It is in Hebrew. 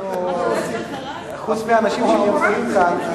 חוץ מהאנשים שנמצאים כאן,